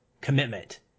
commitment